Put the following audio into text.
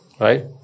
Right